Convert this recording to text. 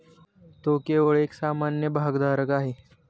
तो केवळ एक सामान्य भागधारक आहे